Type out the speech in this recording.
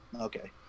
Okay